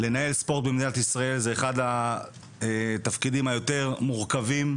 לנהל ספורט במדינת ישראל זה אחד התפקידים היותר מורכבים.